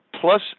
plus